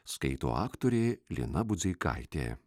skaito aktorė lina budzeikaitė